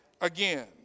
again